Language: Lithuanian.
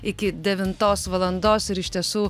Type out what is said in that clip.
iki devintos valandos ir iš tiesų